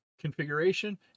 configuration